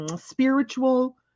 spiritual